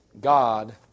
God